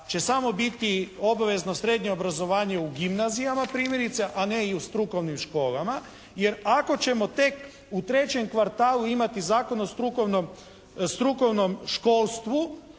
će samo biti obvezno srednje obrazovanje u gimnazijama, primjerice, a ne i u strukovnim školama. Jer ako ćemo tek u trećem kvartalu imati Zakon o strukovnom školstvu